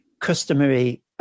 customary